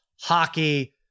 hockey